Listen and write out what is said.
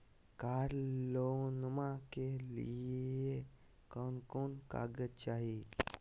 कार लोनमा के लिय कौन कौन कागज चाही?